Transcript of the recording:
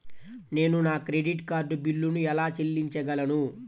నేను నా credit card బిల్లును ఎలా చెల్లించగలను?